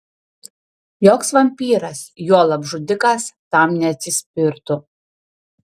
joks vampyras juolab žudikas tam neatsispirtų